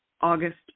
August